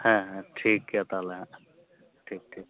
ᱦᱮᱸ ᱦᱮᱸ ᱴᱷᱤᱠ ᱜᱮᱭᱟ ᱛᱟᱦᱚᱞᱮ ᱦᱟᱸᱜ ᱴᱷᱤᱠ ᱴᱷᱤᱠ